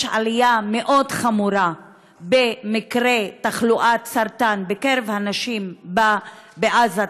יש עלייה מאוד חמורה במקרי תחלואת סרטן בקרב הנשים בעזה,